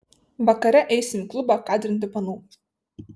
vakare eisim į klubą kadrinti panų